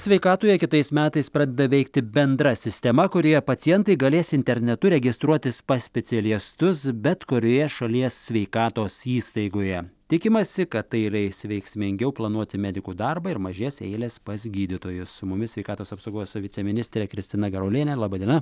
sveikatoje kitais metais pradeda veikti bendra sistema kurioje pacientai galės internetu registruotis pas specialiestus bet kurioje šalies sveikatos įstaigoje tikimasi kad tai leis veiksmingiau planuoti medikų darbą ir mažės eilės pas gydytojus su mumis sveikatos apsaugos viceministrė kristina garuolienė laba diena